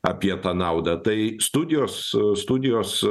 apie tą naudą tai studijos studijos